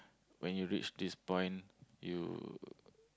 when you reach this point you